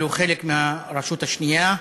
אבל הוא חלק מהרשות השנייה.